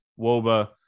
Woba